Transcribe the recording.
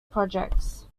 projects